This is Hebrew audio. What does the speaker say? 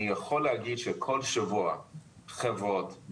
כל שבוע חברות,